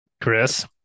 Chris